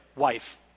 Wife